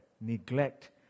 Neglect